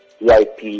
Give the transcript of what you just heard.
VIP